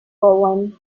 roland